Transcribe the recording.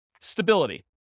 Stability